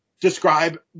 describe